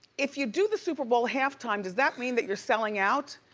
if you do the super bowl halftime, does that mean that you're selling out?